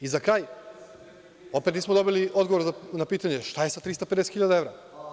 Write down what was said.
I za kraj, opet nismo dobili odgovor na pitanje - šta je sa 350 hiljada evra?